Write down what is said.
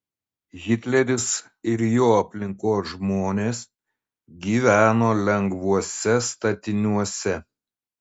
hitleris ir jo aplinkos žmonės gyveno lengvuose statiniuose